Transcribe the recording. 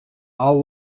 i’ll